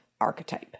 archetype